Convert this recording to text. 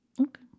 Okay